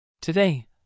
Today